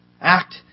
Act